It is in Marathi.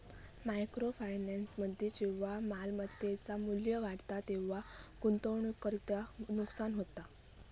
मायक्रो फायनान्समध्ये जेव्हा मालमत्तेचा मू्ल्य वाढता तेव्हा गुंतवणूकदाराचा नुकसान होता